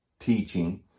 teaching